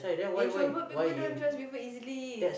introvert people don't trust people easily